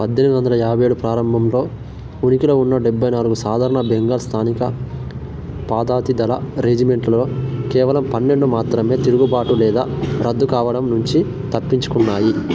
పద్దెనిమిది వందల యాభై ఏడు పరంభంలో ఉనికిలో ఉన్న డెబ్బై నాలుగు సాధారణ బెంగాల్ స్థానిక పదాతిదళ రెజిమెంట్లో కేవలం పన్నెండు మాత్రమే తిరుగుబాటు లేదా రద్దు కావడం నుంచి తప్పించుకున్నాయి